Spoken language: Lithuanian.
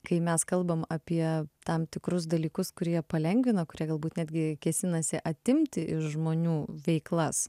kai mes kalbam apie tam tikrus dalykus kurie palengvina kurie galbūt netgi kėsinasi atimti iš žmonių veiklas